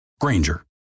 Granger